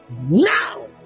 now